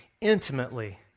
intimately